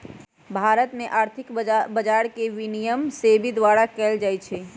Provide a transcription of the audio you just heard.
भारत में आर्थिक बजार के विनियमन सेबी द्वारा कएल जाइ छइ